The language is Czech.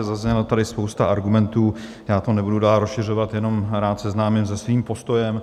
Zazněla tady spousta argumentů, já to nebudu dál rozšiřovat, jenom rád seznámím se svým postojem.